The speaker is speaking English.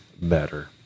better